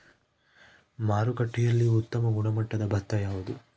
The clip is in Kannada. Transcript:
ಮಾರುಕಟ್ಟೆಯಲ್ಲಿ ಉತ್ತಮ ಗುಣಮಟ್ಟದ ಭತ್ತ ಯಾವುದು?